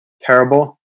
terrible